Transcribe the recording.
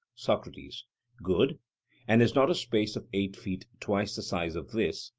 socrates good and is not a space of eight feet twice the size of this,